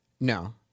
No